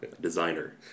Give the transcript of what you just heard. designer